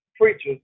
preachers